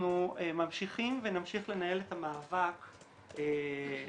אנחנו ממשיכים ונמשיך לנהל את המאבק לשקיפות,